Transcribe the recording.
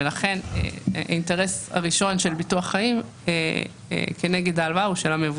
ולכן האינטרס הראשון של ביטוח חיים כנגד ההלוואה הוא של המבוטח.